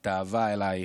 את האהבה אלייך,